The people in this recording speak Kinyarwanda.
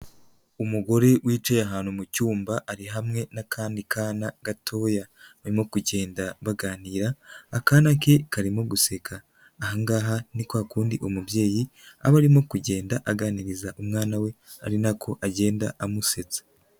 Umugore wicaye ahantu mu cyumba ari hamwe n'akandi kana gatoya, barimo kugenda baganira, akana ke karimo guseka, ahangaha ni kwa kundi umubyeyi aba arimo kugenda aganiriza umwana we ari nako agenda amusetsa.